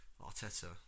Arteta